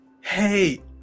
Hey